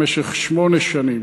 במשך שמונה שנים.